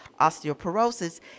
osteoporosis